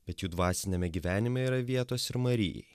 bet jų dvasiniame gyvenime yra vietos ir marijai